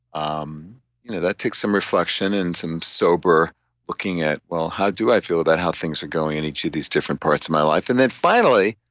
um you know that takes some reflection and some sober looking at well how do i feel about how things are going in each of these different parts of my life and finally,